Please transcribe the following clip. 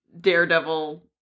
daredevil